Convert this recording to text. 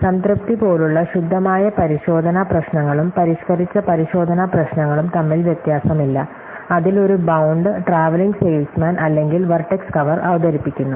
സംതൃപ്തി പോലുള്ള ശുദ്ധമായ പരിശോധന പ്രശ്നങ്ങളും പരിഷ്ക്കരിച്ച പരിശോധന പ്രശ്നങ്ങളും തമ്മിൽ വ്യത്യാസമില്ല അതിൽ ഒരു ബൌണ്ട് ട്രാവലിംഗ് സെയിൽസ്മാൻ അല്ലെങ്കിൽ വെർട്ടെക്സ് കവർ അവതരിപ്പിക്കുന്നു